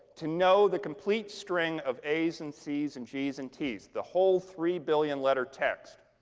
to know the complete string of a's, and c's, and g's, and t's, the whole three billion letter text.